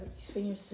Senior